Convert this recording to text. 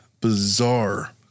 bizarre